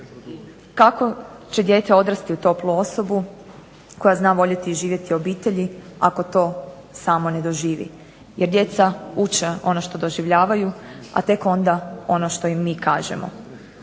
Kako će dijete odrasti u toplu osobu, koja zna voljeti i živjeti u obitelji, ako to samo ne doživi, jer djeca uče ono što doživljavaju, a tek onda ono što im mi kažemo.